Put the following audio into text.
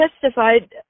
testified